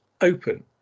open